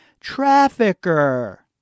trafficker